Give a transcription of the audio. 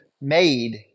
made